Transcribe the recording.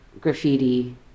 graffiti